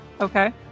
Okay